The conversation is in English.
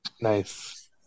nice